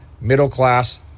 middle-class